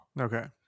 Okay